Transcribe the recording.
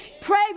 Pray